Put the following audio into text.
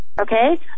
Okay